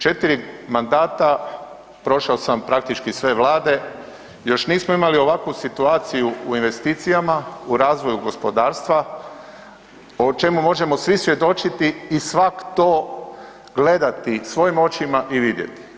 4 mandata prošao sam praktički sve Vlade, još nismo imali ovakvu situaciju u investicijama, u razvoju gospodarstva, o čemu možemo svi svjedočiti i svak to gledati svojim očima i vidjeti.